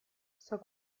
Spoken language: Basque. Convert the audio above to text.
zaku